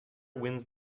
wins